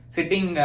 Sitting